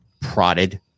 prodded